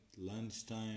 lunchtime